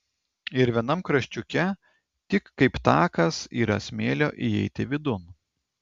ir vienam kraščiuke tik kaip takas yra smėlio įeiti vidun